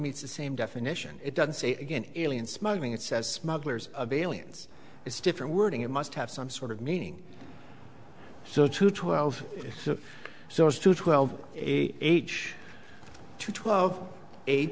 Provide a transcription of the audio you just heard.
meets the same definition it doesn't say again alien smuggling it says smugglers of aliens is different wording it must have some sort of meaning so to twelve so as to twelve a age to twelve eight